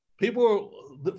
people